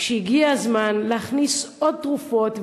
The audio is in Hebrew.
שהגיע הזמן להכניס עוד תרופות,